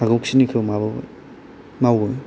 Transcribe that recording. हागौखिनिखौ माबाबाय मावो